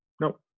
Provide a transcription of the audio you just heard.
no